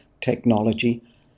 technology